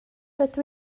rydw